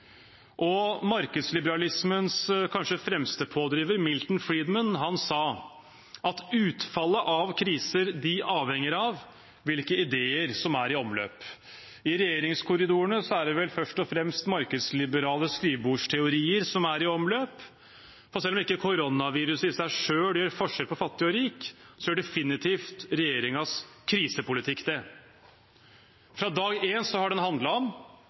Markedsliberalismens kanskje fremste pådriver, Milton Friedman, sa at utfallet av kriser avhenger av hvilke ideer som er i omløp. I regjeringskorridorene er det vel først og fremst markedsliberale skrivebordsteorier som er i omløp, for selv om ikke koronaviruset i seg selv gjør forskjell på fattig og rik, gjør definitivt regjeringens krisepolitikk det. Fra dag én har den handlet om